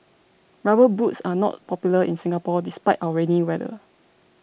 rubber boots are not popular in Singapore despite our rainy weather